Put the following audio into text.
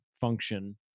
function